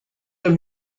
the